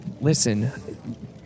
listen